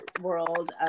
world